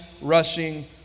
rushing